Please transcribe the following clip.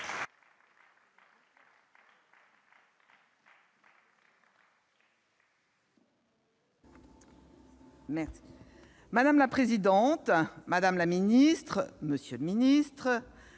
Madame la présidente, madame la ministre, monsieur le ministre,